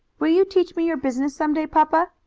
will you teach me your business some day, papa?